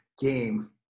game